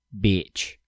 Bitch